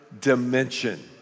dimension